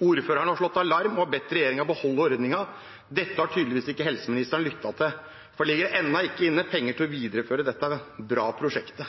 har slått alarm og har bedt regjeringen beholde ordningen. Dette har tydeligvis ikke helseministeren lyttet til, for det ligger ennå ikke inne penger til å videreføre dette bra prosjektet.